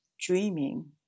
dreaming